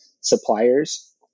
suppliers